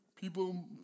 people